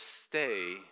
stay